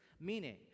Meaning